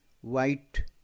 white